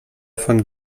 von